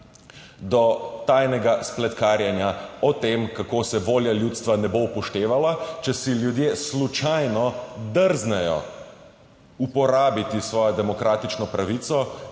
do tajnega spletkarjenja o tem, kako se volja ljudstva ne bo upoštevala, če si ljudje slučajno drznejo uporabiti svojo demokratično pravico